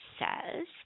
says